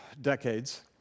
decades